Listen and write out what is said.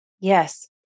Yes